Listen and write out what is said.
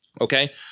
Okay